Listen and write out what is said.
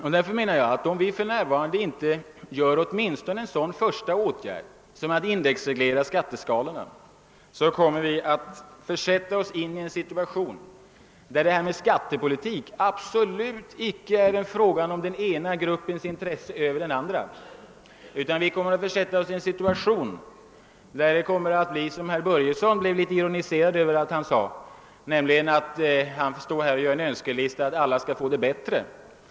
Jag menar därför att vi, om vi nu inte vidtar åtminstone en sådan första åtgård som att indexreglera skatteskalorna, kommer att försätta oss i en situation där skattepolitiken icke kommer att bli en fråga om den ena gruppens intressen i förhållande till den andras. Det blir allvarligt för alla. Man har ironiserat något över att herr Börjesson i Falköping skulle ha framfört en önskelista innebärande att alla skulle få det bättre.